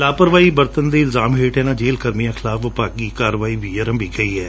ਲਾਪਰਵਾਹੀ ਬਰਤਣ ਦੇ ਇਲਜਾਮ ਹੇਠ ਇਨੁਾਂ ਜੇਲੁ ਕਰਮੀਆਂ ਖਿਲਾਫ ਵਿਭਾਗੀ ਕਾਰਵਾਈ ਵੀ ਅਰੰਭੀ ਗਈ ਹੈ